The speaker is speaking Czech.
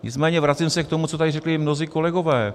Nicméně vracím se k tomu, co tady řekli i mnozí kolegové.